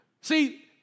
See